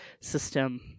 system